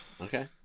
Okay